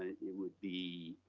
it would be